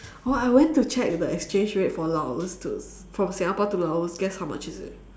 oh I went to check the exchange rate for Laos to from Singapore to Laos guess how much is it